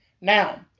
Now